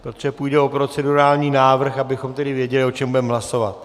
Protože půjde o procedurální návrh, abychom tedy věděli, o čem budeme hlasovat.